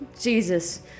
Jesus